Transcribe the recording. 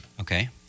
Okay